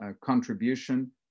contribution